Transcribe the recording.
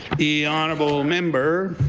the honourable member